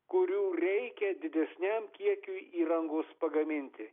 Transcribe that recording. kurių reikia didesniam kiekiui įrangos pagaminti